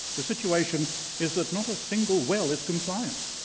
the situation is that not a single well is compliant?